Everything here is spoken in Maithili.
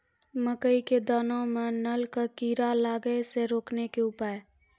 मकई के दाना मां नल का कीड़ा लागे से रोकने के उपाय?